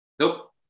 Nope